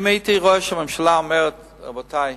אם הייתי רואה שהממשלה אומרת: רבותי,